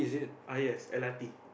I as l_r_t